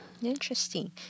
Interesting